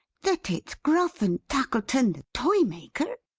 that it's gruff and tackleton the toymaker!